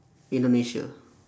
indonesia